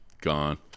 gone